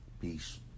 Peace